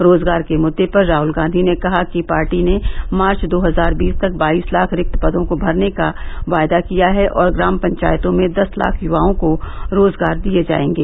रोजगार के मुद्दे पर राहल गांधी ने कहा कि पार्टी ने मार्च दो हजार बीस तक बाईस लाख रिक्त पदों को भरने का वायदा किया है और ग्राम पंचायतों में दस लाख यवाओं को रोजगार दिए जाएंगे